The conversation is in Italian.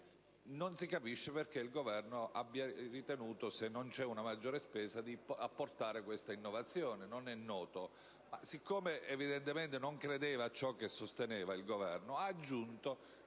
Non si capisce perché il Governo abbia ritenuto, se non c'è una maggiore spesa, di apportare questa innovazione. Non è noto. Ma poiché il Governo evidentemente non credeva a ciò che sosteneva, ha aggiunto